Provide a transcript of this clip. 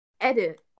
edit